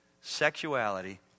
Sexuality